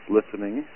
Listening